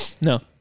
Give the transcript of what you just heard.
No